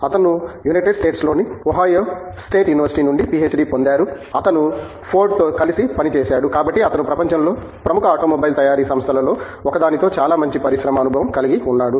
అతను యునైటెడ్ స్టేట్స్లో ని ఓహైయో స్టేట్ యూనివర్శిటీ నుండి పిహెచ్డి పొందారు అతను ఫోర్డ్తో కలిసి పనిచేశాడు కాబట్టి అతను ప్రపంచంలోని ప్రముఖ ఆటోమొబైల్ తయారీ సంస్థలలో ఒకదానితో చాలా మంచి పరిశ్రమ అనుభవం కలిగి ఉన్నాడు